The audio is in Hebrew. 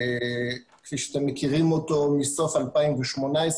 כפי שאתם מכירים אותו מסוף 2018,